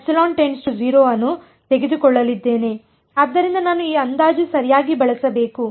ಆದ್ದರಿಂದ ನಾನು ಆ ಅಂದಾಜು ಸರಿಯಾಗಿ ಬಳಸಬೇಕು